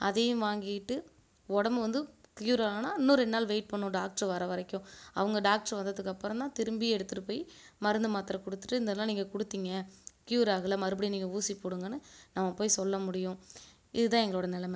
அதையும் வாங்கிக்கிட்டு உடம்பு வந்து க்யூர் ஆனால் இன்னும் ரெண்டு நாள் வெயிட் பண்ணணும் டாக்டரு வர வரைக்கும் அவங்க டாக்டரு வந்ததுக்கு அப்புறம் தான் திரும்பி எடுத்துட்டு போய் மருந்து மாத்தரை கொடுத்துட்டு இந்த இதலாம் நீங்கள் கொடுத்திங்க க்யூர் ஆகலை மறுபடியும் நீங்கள் ஊசி போடுங்கன்னு நம்ம போய் சொல்ல முடியும் இதுதான் எங்களோடய நெலைம